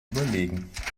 überlegen